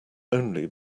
only